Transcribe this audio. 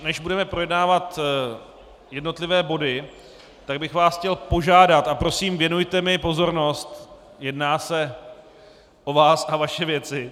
Než budeme projednávat jednotlivé body, tak bych vás chtěl požádat a prosím věnujte mi pozornost jedná se o vás a vaše věci.